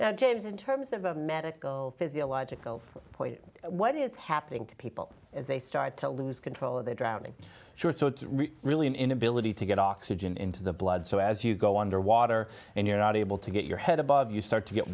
james in terms of a medic physiological point what is happening to people as they start to lose control of their drowning short so it's really an inability to get oxygen into the blood so as you go underwater and you're not able to get your head above you start to get